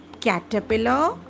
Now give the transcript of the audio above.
caterpillar